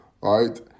right